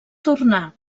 tornà